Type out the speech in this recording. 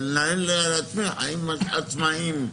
לנהל חיים עצמאיים.